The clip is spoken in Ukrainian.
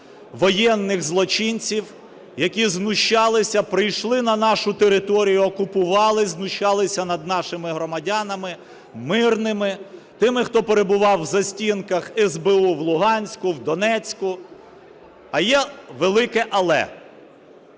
воєнних злочинців, які знущалися, прийшли на нашу територію, окупували і знущалися над нашими громадянами мирними, тими хто перебував в застінках СБУ в Луганську, в Донецьку. Але є велике "але".